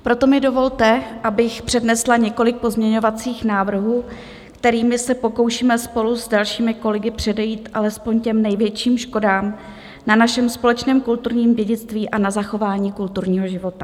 Proto mi dovolte, abych přednesla několik pozměňovacích návrhů, kterými se pokoušíme spolu s dalšími kolegy předejít alespoň těm největším škodám na našem společném kulturním dědictví a na zachování kulturního života.